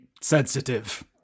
sensitive